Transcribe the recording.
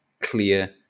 clear